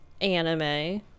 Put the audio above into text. anime